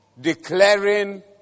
declaring